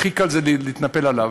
הכי קל זה להתנפל עליו.